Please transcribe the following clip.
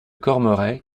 cormeray